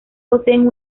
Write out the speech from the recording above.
poseen